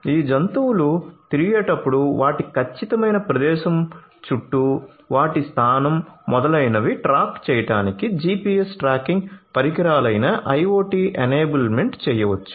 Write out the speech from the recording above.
ఈ జంతువులు తిరిగేటప్పుడు వాటి ఖచ్చితమైన ప్రదేశం చుట్టూవాటి స్థానం మొదలైనవి ట్రాక్ చేయడానికి GPS ట్రాకింగ్ పరికరాలపై IoT ఎనేబుల్మెంట్ చేయవచ్చు